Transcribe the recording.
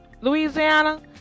Louisiana